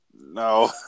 No